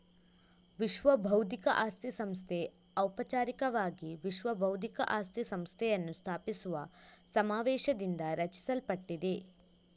ವಿಶ್ವಬೌದ್ಧಿಕ ಆಸ್ತಿ ಸಂಸ್ಥೆ ಔಪಚಾರಿಕವಾಗಿ ವಿಶ್ವ ಬೌದ್ಧಿಕ ಆಸ್ತಿ ಸಂಸ್ಥೆಯನ್ನು ಸ್ಥಾಪಿಸುವ ಸಮಾವೇಶದಿಂದ ರಚಿಸಲ್ಪಟ್ಟಿದೆ